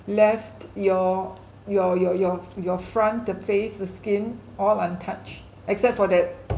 left your your your your your front the face the skin all untouched except for that